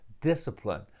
discipline